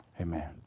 Amen